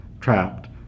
trapped